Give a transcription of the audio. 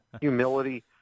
humility